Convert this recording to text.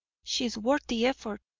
she's worth the effort,